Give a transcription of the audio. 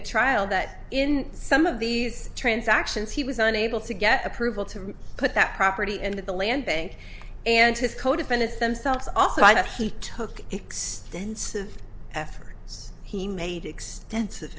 at trial that in some of these transactions he was unable to get approval to put that property in the land bank and his co defendants themselves also by that he took extensive efforts he made extensive